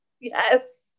Yes